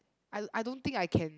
I I don't think I can